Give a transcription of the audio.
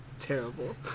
Terrible